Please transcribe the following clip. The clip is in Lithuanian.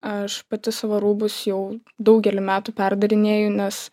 aš pati savo rūbus jau daugelį metų perdarinėju nes